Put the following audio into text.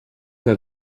que